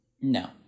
No